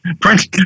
Prince